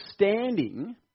understanding